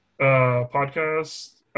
podcast